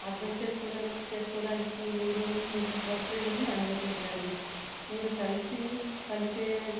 అర్థం చేసుడు చేసుకోవడానికి మీరు మీ సహ ఉద్యోగిని అనుమతించండి మీరు కలిసి పని చే